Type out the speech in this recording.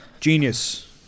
genius